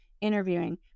Interviewing